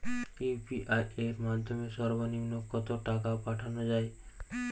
UPI এর মাধ্যমে সর্ব নিম্ন কত টাকা পাঠানো য়ায়?